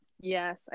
Yes